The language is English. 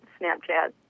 Snapchat